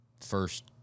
first